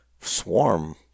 Swarm